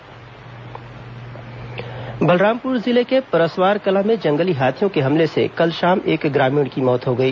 हाथी हमला मौत बलरामपुर जिले के परसवार कला में जंगली हाथियों के हमले से कल शाम एक ग्रामीण की मौत हो गई